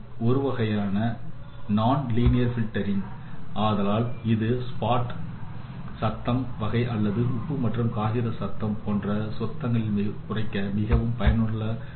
இது ஒருவகையான non linear blurring operations ஆதலால் இது ஸ்பாட் சத்தம் வகை அல்லது உப்பு மற்றும் காகித சத்தம் போன்ற சத்தங்களை குறைக்க மிகவும் பயனுள்ள முறையாகும்